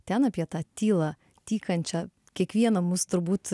ten apie tą tylą tykančią kiekvieną mus turbūt